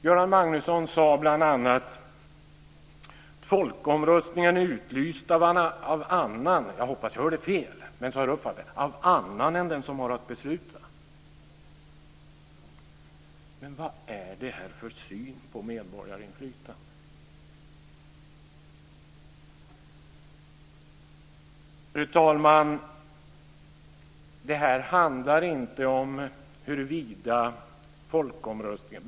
Göran Magnusson talade bl.a. om folkomröstning utlyst av annan - jag hoppas att jag hörde fel, men så uppfattade jag det - än den som har att besluta. Vad är detta för syn på medborgarinflytande? Fru talman!